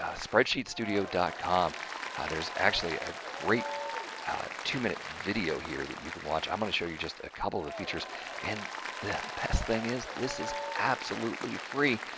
ah spreadsheetstudio dot com there's actually a great two minute video here that you can watch, i'm going to show you just a couple of the features and the best thing is this is absolutely free,